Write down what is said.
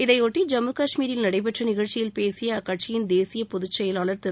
இதையொட்டி ஜம்மு காஷ்மீரில் நடடபெற்ற நிகழ்ச்சியில் பேசிய அக்கட்சியின் தேசிய பொதுச் செயலாளர் திரு